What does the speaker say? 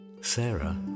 Sarah